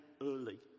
early